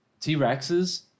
T-Rexes